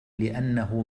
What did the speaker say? لأنه